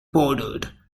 bordered